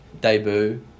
debut